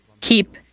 keep